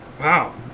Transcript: wow